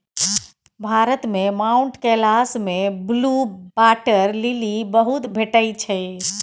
भारत मे माउंट कैलाश मे blue water lily बहुत भेटै छै